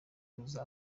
kuza